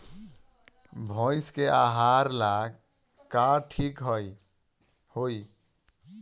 भइस के आहार ला का ठिक होई?